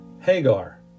Hagar